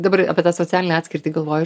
dabar apie tą socialinę atskirtį galvoju